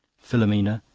filomena,